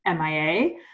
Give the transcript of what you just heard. MIA